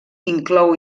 inclou